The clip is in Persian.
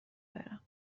برم